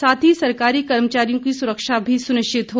साथ ही सरकारी कर्मचारियों की सुरक्षा भी सुनिश्चित हो